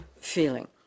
feeling